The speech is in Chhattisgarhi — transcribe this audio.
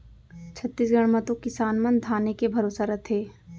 छत्तीसगढ़ म तो किसान मन धाने के भरोसा रथें